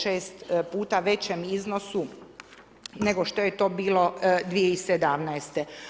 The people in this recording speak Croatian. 6 puta većem iznosu nego što je to bilo 2017.